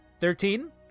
Thirteen